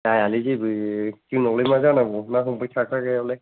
जायालै जेबो जोंनावलाय मा जानांगौ ना हमबाय थाग्रानावलाय